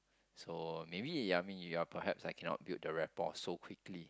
so maybe yeah me yeah perhaps I cannot build the rapport so quickly